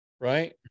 right